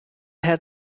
had